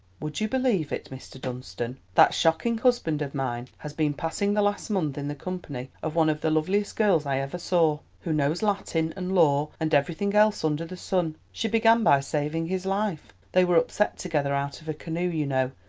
would you believe it, mr. dunstan? that shocking husband of mine has been passing the last month in the company of one of the loveliest girls i ever saw, who knows latin and law and everything else under the sun. she began by saving his life, they were upset together out of a canoe, you know.